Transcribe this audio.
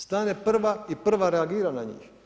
Stane prva i prva reagira na njih.